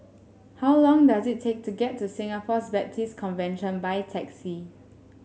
how long does it take to get to Singapore Baptist Convention by taxi